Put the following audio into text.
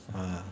ah